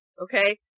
okay